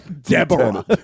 Deborah